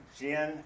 Jen